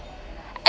I